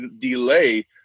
delay